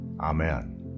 Amen